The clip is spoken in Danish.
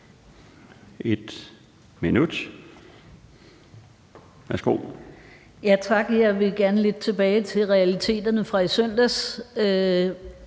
Gottlieb (EL): Tak. Jeg vil gerne vende lidt tilbage til realiteterne fra i søndags.